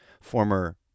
former